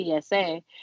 PSA